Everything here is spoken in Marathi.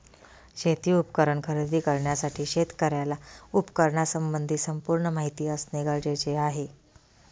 शेती उपकरण खरेदी करण्यासाठी शेतकऱ्याला उपकरणासंबंधी संपूर्ण माहिती असणे गरजेचे आहे